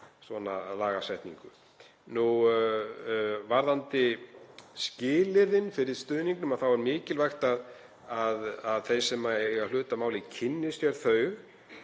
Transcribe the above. svona lagasetningu. Varðandi skilyrðin fyrir stuðningnum er mikilvægt að þeir sem eiga hlut að máli kynni sér þau,